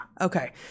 Okay